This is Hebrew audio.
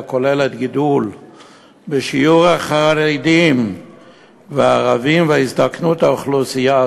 הכוללת גידול בשיעור החרדים והערבים והזדקנות האוכלוסייה,